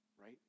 right